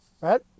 right